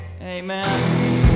amen